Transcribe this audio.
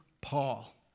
Paul